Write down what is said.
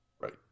right